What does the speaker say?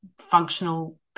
functional